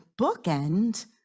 bookend